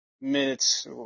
minutes